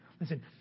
Listen